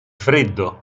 freddo